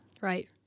Right